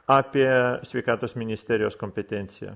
apie sveikatos ministerijos kompetenciją